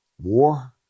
war